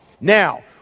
Now